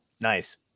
nice